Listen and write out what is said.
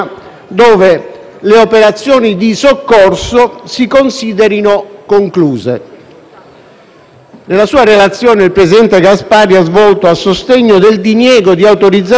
Nella sua relazione, il presidente Gasparri ha svolto, a sostegno del diniego di autorizzazione, argomentazioni, con tutto il rispetto, a mio avviso infondate,